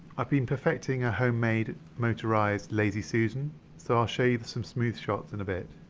i've been perfecting a homemade motorized lazy susan so i'll show you some smooth shots in a bit.